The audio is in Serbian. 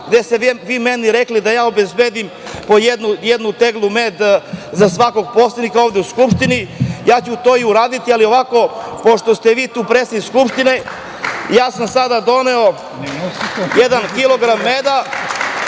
gde ste vi meni rekli da obezbedim po jednu teglu meda za svakog poslanika ovde u Skupštini. Ja ću to i uraditi, ali ovako pošto ste vi ovde predsednik Skupštine, ja sam sada doneo jedan kilogram meda,